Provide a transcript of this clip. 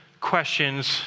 questions